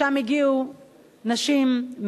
לשם הגיעו נשים,